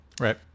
Right